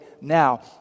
now